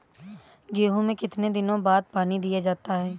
गेहूँ में कितने दिनों बाद पानी दिया जाता है?